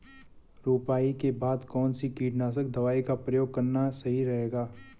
रुपाई के बाद कौन सी कीटनाशक दवाई का प्रयोग करना सही रहेगा?